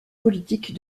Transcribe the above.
politique